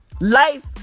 Life